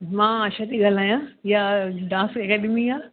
मां आशा थी ॻाल्हायां इहा डांस अकेडमी आहे